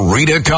Rita